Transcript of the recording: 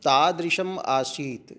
तादृशम् आसीत्